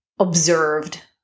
observed